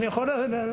אני יכול להמשיך?